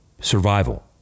survival